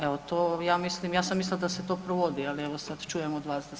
Evo to ja mislim, ja sam mislila da se to provodi, ali evo sad čujem od vas da